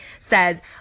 says